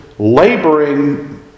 laboring